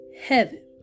heaven